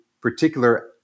particular